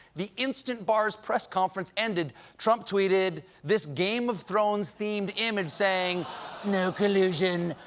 the instant barr's press conference ended trump tweeted, this game of thrones-themed image saying no collusion.